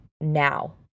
now